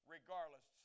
Regardless